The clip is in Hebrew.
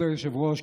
כבוד היושב-ראש,